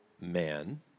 man